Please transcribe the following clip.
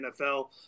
NFL